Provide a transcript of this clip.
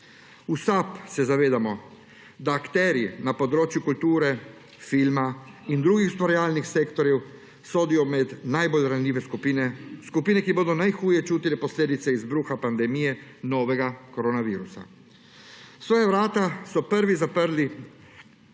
V SAB se zavedamo, da akterji na področju kulture, filma in drugih ustvarjalnih sektorjev sodijo med najbolj ranljive skupine; skupine, ki bodo najhuje čutile posledice izbruha pandemije novega korona virusa. Svoja vrata so prvi zapirali,